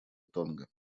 тонга